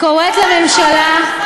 מגיע לפתחה של הממשלה ולא נקט אף צעד.